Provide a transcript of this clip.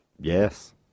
Yes